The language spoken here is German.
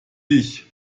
dich